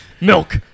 milk